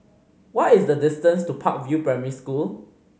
what is the distance to Park View Primary School